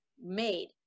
made